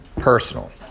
personal